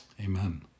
Amen